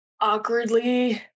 awkwardly